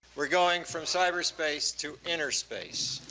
we're going from cyberspace to inner space.